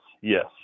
yes